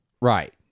Right